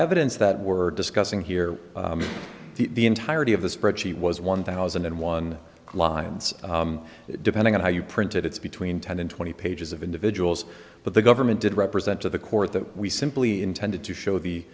evidence that we're discussing here the entirety of the spreadsheet was one thousand and one lines depending on how you print it it's between ten and twenty pages of individuals but the government did represent to the court that we simply intended to show the